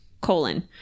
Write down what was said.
colon